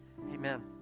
Amen